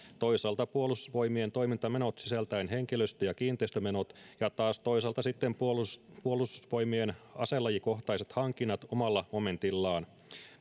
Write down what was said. toisaalta puolustusvoimien toimintamenot sisältäen henkilöstö ja kiinteistömenot ja toisaalta puolustusvoimien aselajikohtaiset hankinnat omalla momentillaan